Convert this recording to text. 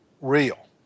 real